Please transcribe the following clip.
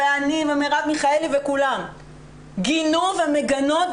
ממני ומרב מיכאלי וכולם גינו ומגנות,